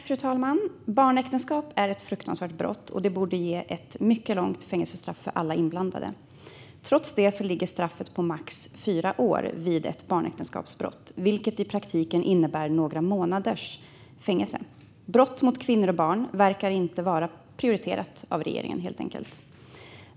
Fru talman! Barnäktenskap är ett fruktansvärt brott, och det borde ge ett mycket långt fängelsestraff för alla inblandade. Trots det ligger straffet för barnäktenskapsbrott på max fyra år, vilket i praktiken innebär några månaders fängelse. Brott mot kvinnor och barn verkar helt enkelt inte vara prioriterat av regeringen.